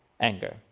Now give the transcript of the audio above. anger